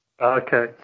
Okay